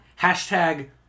Hashtag